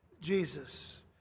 Jesus